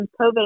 COVID